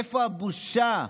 איפה הבושה?